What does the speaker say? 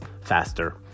faster